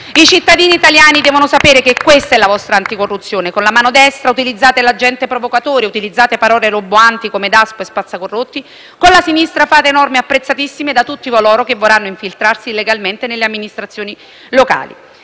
I cittadini italiani devono sapere che questa è la vostra anticorruzione: con la mano destra utilizzate l'agente provocatore, utilizzate parole roboanti come DASPO e "spazzacorrotti" e con la sinistra fate norme apprezzatissime da tutti coloro che vorranno infiltrarsi illegalmente nelle amministrazioni locali.